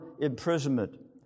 imprisonment